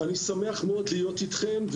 להיות איתכם.